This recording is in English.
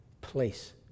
place